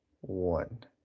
one